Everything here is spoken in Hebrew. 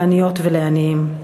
לעניות ולעניים.